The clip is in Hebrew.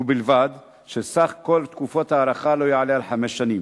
ובלבד שסך כל תקופות ההארכה לא יעלה על חמש שנים.